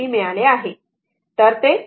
प्राप्त झाले आहे